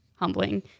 humbling